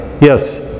Yes